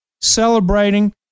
celebrating